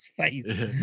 face